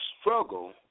struggle